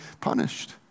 punished